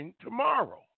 tomorrow